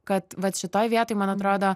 kad vat šitoj vietoj man atrodo